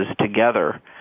together